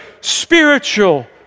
spiritual